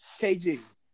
KG